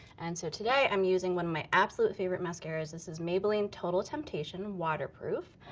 and so today i'm using one of my absolute favorite mascaras. this is maybelline total temptation waterproof.